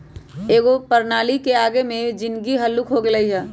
एकेगो प्रणाली के आबे से जीनगी हल्लुक हो गेल हइ